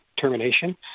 termination